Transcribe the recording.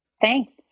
Thanks